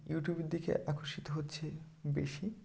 ইউটিউবের দিকে আকর্ষিত হচ্ছে বেশি